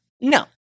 no